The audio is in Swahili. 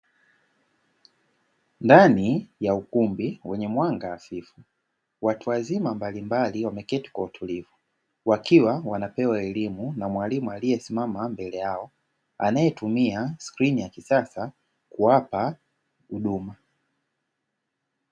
Ndani ya ukumbi wenye mwanga hafifu watu wazima mbalimbali wameketi kwa utulivu, wakiwa wanapewa elimu na mwalimu aliyesimama mbele yao anaetumia skrini ya kisasa kuwapa huduma.